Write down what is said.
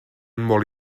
molt